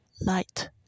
light